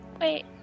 Wait